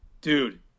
Dude